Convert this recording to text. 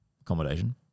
accommodation